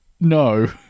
no